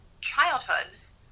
childhoods